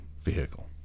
vehicle